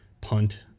punt